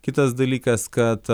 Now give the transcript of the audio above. kitas dalykas kad